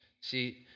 See